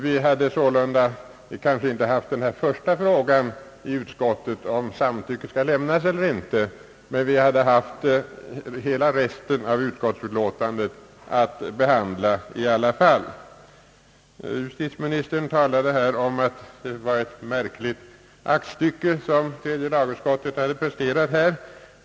Vi hade sålunda kanske inte haft den första frågan — om samtycke skulle lämnas eller ej — men vi hade haft att behandla hela den övriga delen av utlåtandet. Justitieministern talade här om att det var ett märkligt aktstycke som tredje lagutskottet hade presterat i denna fråga.